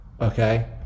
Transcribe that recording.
Okay